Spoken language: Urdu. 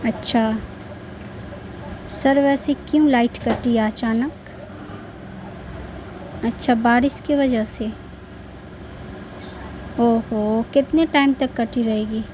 اچھا سر ویسے کیوں لائٹ کٹی اچانک اچھا بارش کی وجہ سے او ہو کتنے ٹائم تک کٹھی رہے گی